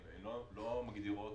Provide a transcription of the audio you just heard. התקנות לא מגדירות